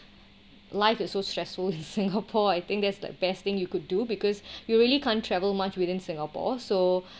life is so stressful in singapore I think that's the best thing you could do because you really can't travel much within singapore so